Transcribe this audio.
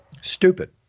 Stupid